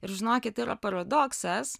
ir žinokit yra paradoksas